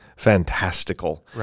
fantastical